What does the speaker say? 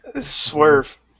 Swerve